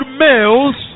males